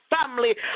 family